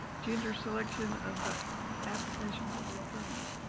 gender selection of the applications that were funded?